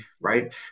right